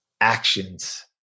Actions